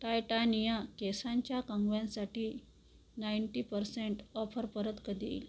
Titania केसांच्या कंगव्यांसाठी ninety percent offer परत कधी येईल